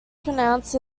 pronounced